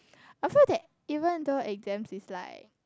I feel that even though exam is like